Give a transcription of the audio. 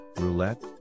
roulette